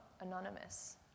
anonymous